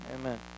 Amen